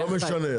לא משנה.